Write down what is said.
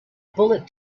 bullet